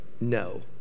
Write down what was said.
no